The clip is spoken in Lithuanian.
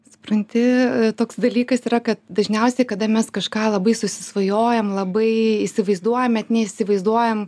supranti toks dalykas yra kad dažniausia kada mes kažką labai susisvajojam labai įsivaizduojam bet neįsivaizduojam